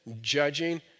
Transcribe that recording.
judging